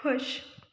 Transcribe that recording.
ਖੁਸ਼